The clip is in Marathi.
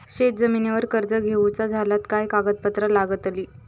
शेत जमिनीवर कर्ज घेऊचा झाल्यास काय कागदपत्र लागतली?